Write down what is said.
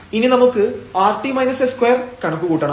ഇനി നമുക്ക് rt s2 കണക്കു കൂട്ടണം